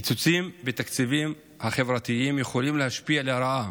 קיצוצים בתקציבים החברתיים יכולים להשפיע לרעה